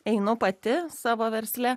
einu pati savo versle